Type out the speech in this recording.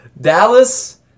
Dallas